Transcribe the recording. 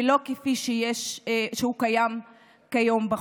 ולא כפי שזה כיום בחוק.